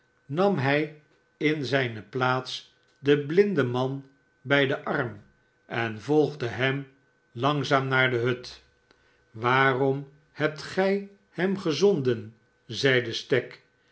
nam hij in zijne plaats den blinde bij den arm en volgde hem langzaam naar de hut waarom hebt gij hem gezonden zeide stagg